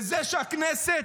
וזה שהכנסת,